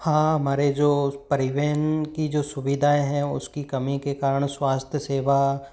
हाँ हमारे जो परिवहन की जो सुविधाएं हैं उसकी कमी के कारण स्वास्थ्य सेवा